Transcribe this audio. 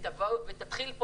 ותתחיל להיות